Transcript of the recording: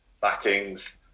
backings